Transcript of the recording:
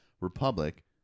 republic